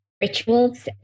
rituals